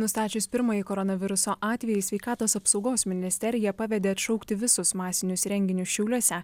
nustačius pirmąjį koronaviruso atvejį sveikatos apsaugos ministerija pavedė atšaukti visus masinius renginius šiauliuose